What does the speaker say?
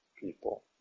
people